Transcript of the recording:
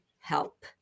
help